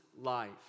life